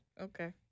Okay